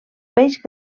peix